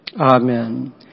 Amen